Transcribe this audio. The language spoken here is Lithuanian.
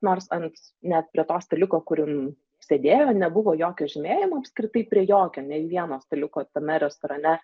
nors ant net prie to staliuko kur jin sėdėjo nebuvo jokio žymėjimo apskritai prie jokio nei vieno staliuko tame restorane